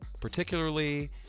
Particularly